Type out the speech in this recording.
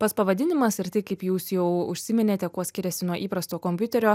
pats pavadinimas ir tai kaip jūs jau užsiminėte kuo skiriasi nuo įprasto kompiuterio